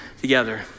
together